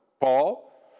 Paul